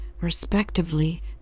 respectively